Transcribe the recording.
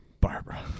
Barbara